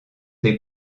des